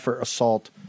assault